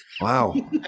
Wow